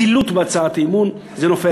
זילות בהצעת אי-אמון, וזה נופל.